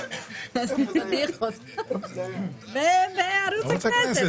כמה מהתקציב